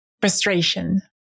frustration